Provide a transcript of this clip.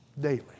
daily